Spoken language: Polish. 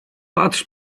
patrz